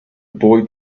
boy